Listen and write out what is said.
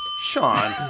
Sean